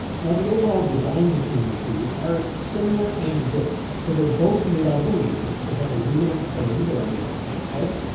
now the overall design between the two are similar and different. so they're both made out of aluminum. they have aluminum frames around the outside edge.